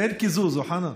אין קיזוז, אוחנה.